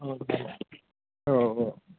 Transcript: औ औ